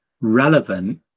relevant